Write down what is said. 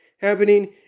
happening